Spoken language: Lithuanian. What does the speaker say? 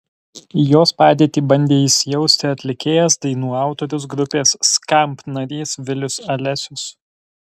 į jos padėtį bandė įsijausti atlikėjas dainų autorius grupės skamp narys vilius alesius